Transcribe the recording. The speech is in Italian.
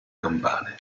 campane